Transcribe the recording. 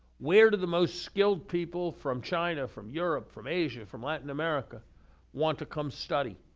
where do the most skilled people from china, from europe, from asia, from latin america want to come study?